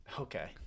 Okay